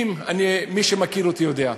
מי שמכיר אותי יודע.